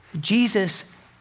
Jesus